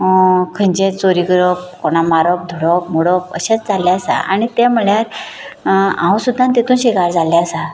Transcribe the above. खंयची चोरी करप कोणाक मारप धडोवप मोडप अशेंच जाल्लें आसा आनी तें म्हणल्यार हांव सुद्दां तातूंत शिकार जाल्लें आसा